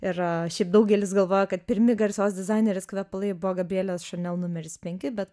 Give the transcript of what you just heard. ir a šiaip daugelis galvoja kad pirmi garsios dizainerės kvepalai buvo gabrielės chanel numeris penki bet